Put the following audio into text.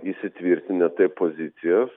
įsitvirtinę taip pozicijas